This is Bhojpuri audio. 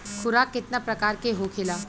खुराक केतना प्रकार के होखेला?